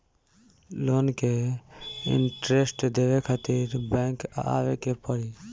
Loan के interest देवे खातिर बैंक आवे के पड़ी?